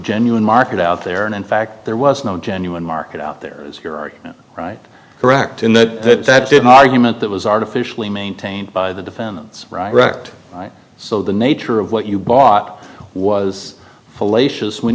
genuine market out there and in fact there was no genuine market out there is your argument right correct in that that did not you meant that was artificially maintained by the defendants wrecked so the nature of what you bought was fallacious when